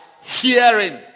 hearing